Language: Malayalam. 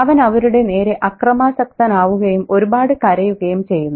അവൻ അവരുടെ നേരെ അക്രമാസക്തനാവുകയും ഒരുപാട് കരയുകയും ചെയ്യുന്നു